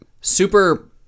Super